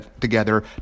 together